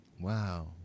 Wow